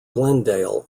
glendale